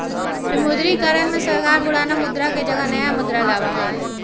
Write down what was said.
विमुद्रीकरण में सरकार पुराना मुद्रा के जगह नया मुद्रा लाबा हई